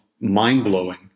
mind-blowing